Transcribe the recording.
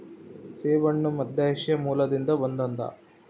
ಸೇಬುಹಣ್ಣು ಮಧ್ಯಏಷ್ಯಾ ಮೂಲದಿಂದ ಬಂದದ